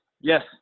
yes